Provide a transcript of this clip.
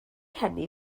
hynny